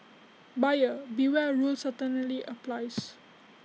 buyer beware rule certainly applies